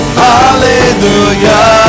hallelujah